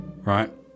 Right